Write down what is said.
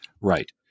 right